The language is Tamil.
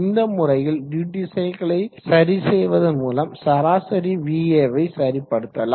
இந்த முறையில் டியூட்டி சைக்கிளை சரி செய்வதன் மூலம் சராசரி va வை சரிசெய்யலாம்